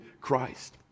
Christ